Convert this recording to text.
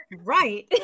right